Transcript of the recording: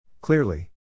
Clearly